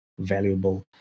valuable